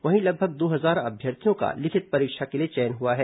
वहीं लगभग दो हजार अभ्यर्थियों का लिखित परीक्षा के लिए चयन हुआ है